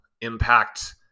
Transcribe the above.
impact